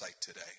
today